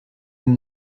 nous